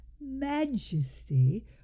majesty